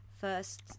first